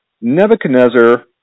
Nebuchadnezzar